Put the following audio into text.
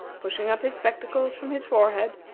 pushing up his spectacles from his forehead,